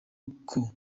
uko